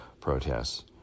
protests